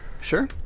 Sure